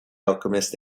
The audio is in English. alchemist